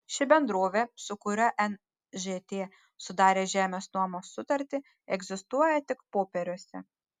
ši bendrovė su kuria nžt sudarė žemės nuomos sutartį egzistuoja tik popieriuose